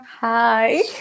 Hi